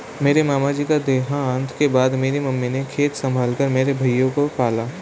मेरे मामा जी के देहांत के बाद मेरी मामी ने खेत संभाल कर मेरे भाइयों को पाला